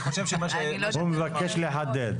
הוא מבקש לחדד.